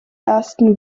ersten